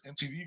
MTV